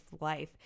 life